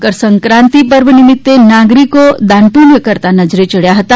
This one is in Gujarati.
મકરસંક્રાંતિ પર્વ નિમિત્તે નાગરિકો દાન પુસ્થ કરતા નજરે ચડ્યા હતા